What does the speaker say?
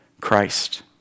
Christ